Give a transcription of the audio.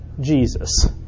Jesus